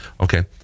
okay